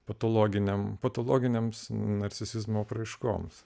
patologiniam patologiniams narcisizmo apraiškoms